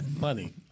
money